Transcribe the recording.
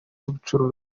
z’ubucuruzi